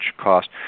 cost